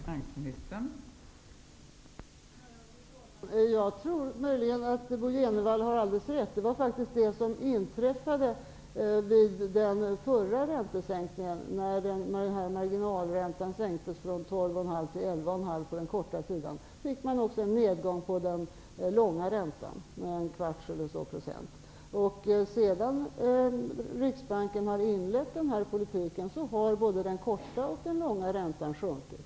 Fru talman! Jag tror att Bo Jenevall har alldeles rätt. Det var faktiskt det som inträffade vid den förra räntesänkningen. När den korta marginalräntan sänktes från 12,5 % till 11,5 % fick man också en nedgång på den långa räntan med cirka en fjärdedels procent. Sedan Riksbanken inledde den här politiken har både den korta och den långa räntan sjunkit.